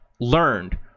learned